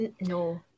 no